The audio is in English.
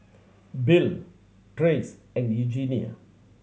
Bill Trace and Eugenia